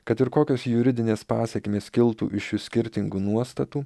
kad ir kokios juridinės pasekmės kiltų iš šių skirtingų nuostatų